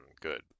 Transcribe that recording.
good